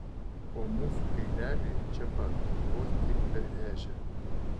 o mūsų kaileliai čia pat vos tik per ežią